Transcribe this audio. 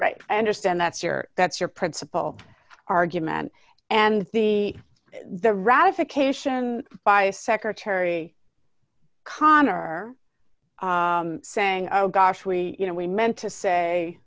right i understand that's your that's your principal argument and the the ratification by secretary connor saying oh gosh we you know we meant to say